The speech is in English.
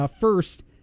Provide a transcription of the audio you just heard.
First